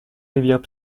rivières